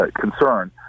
concern